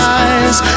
eyes